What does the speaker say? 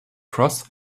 cross